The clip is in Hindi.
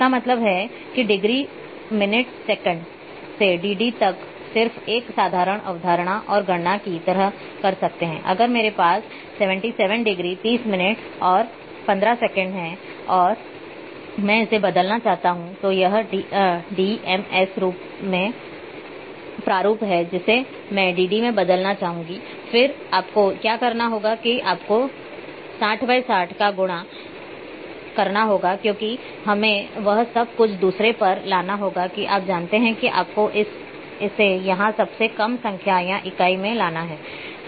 इसका मतलब है कि डिग्री मिनट सेकंड से dd तक सिर्फ एक साधारण अवधारणा और गणना की तरह कर सकते हैं अगर मेरे पास 77 डिग्री 30 मिनट और 15 सेकंड है और मैं इसे बदलना चाहता हूं तो यह dms प्रारूप है जिसे मैं dd में बदलना चाहता हूं फिर आपको क्या करना है आपको 60 × 60 को गुणा करना होगा क्योंकि हमें वह सब कुछ दूसरे पर लाना होगा जो कि आप जानते हैं कि आपको इसे यहां सबसे कम संख्या या इकाई मैं लाना होगा